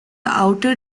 outer